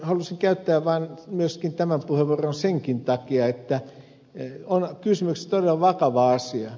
halusin käyttää tämän puheenvuoron senkin takia että on kysymyksessä todella vakava asia